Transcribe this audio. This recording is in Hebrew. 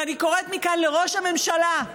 ואני קוראת מכאן לראש הממשלה: